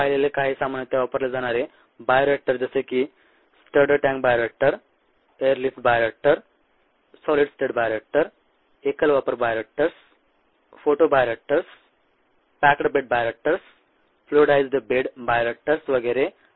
आपण पाहिलेले काही सामान्यतः वापरले जाणारे बायोरिएक्टर जसे की stirred tank bioreactor air lift bioreactor solid state bioreactor एकल वापर bioreactors photobioreactors packed bed bioreactors fluidized bed bioreactors वगैरे